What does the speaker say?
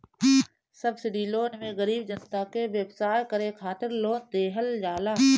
subsidy loan मे गरीब जनता के व्यवसाय करे खातिर लोन देहल जाला